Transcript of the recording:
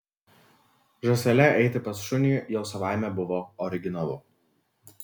žąsele eiti pas šunį jau savaime buvo originalu